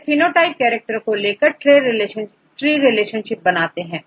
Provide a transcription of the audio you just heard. वे phenotype को लेकर इस तरह के ट्री रिलेशनशिप बताते हैं